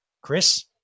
Chris